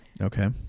Okay